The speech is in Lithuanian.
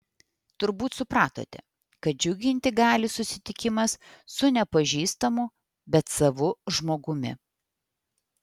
turbūt supratote kad džiuginti gali susitikimas su nepažįstamu bet savu žmogumi